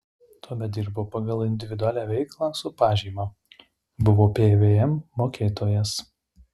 tuomet dirbau pagal individualią veiklą su pažyma buvau pvm mokėtojas